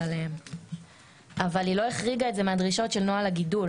עליהם אבל היא לא החריגה את זה מהדרישות של נוהל הגידול,